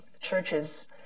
churches